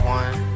one